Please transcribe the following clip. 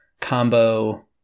combo